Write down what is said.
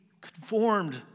conformed